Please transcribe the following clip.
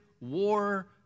war